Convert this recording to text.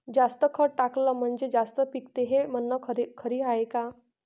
जास्त खत टाकलं म्हनजे जास्त पिकते हे म्हन खरी हाये का?